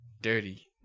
dirty